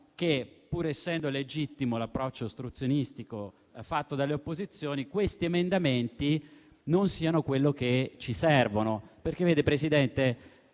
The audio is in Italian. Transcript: che, pur essendo legittimo l'approccio ostruzionistico fatto dalle opposizioni, questi emendamenti non siano quello che ci servono.